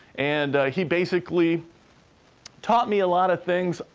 and he basically taught me a lot of things,